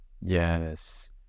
Yes